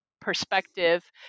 perspective